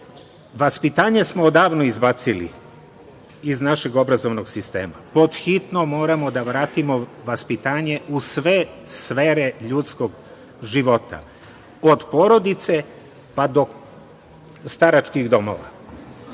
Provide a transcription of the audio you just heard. reč. Vaspitanje smo odavno izbacili iz našeg obrazovnog sistema. Pod hitno moramo da vratimo vaspitanje u sve sfere ljudskog života, od porodice pa do staračkih domova.